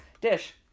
dish